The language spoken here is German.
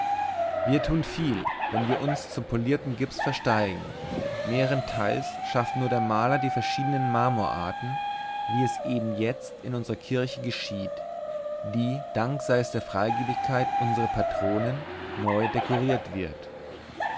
wir tun viel wenn wir uns zum polierten gips versteigen mehrenteils schafft nur der maler die verschiedenen marmorarten wie es eben jetzt in unserer kirche geschieht die dank sei es der freigebigkeit unserer patronen neu dekoriert wird